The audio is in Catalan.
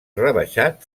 rebaixat